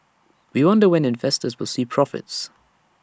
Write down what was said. we wonder when investors will see profits